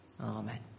Amen